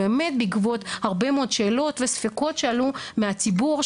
באמת בעקבות הרבה מאוד שאלות וספקות שעלו מהציבור,